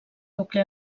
nucli